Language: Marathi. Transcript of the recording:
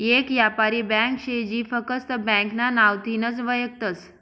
येक यापारी ब्यांक शे जी फकस्त ब्यांकना नावथीनच वयखतस